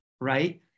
right